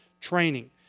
training